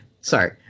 Sorry